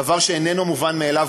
דבר שאיננו מובן מאליו,